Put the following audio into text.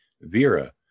vera